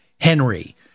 Henry